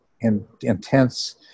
intense